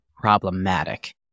problematic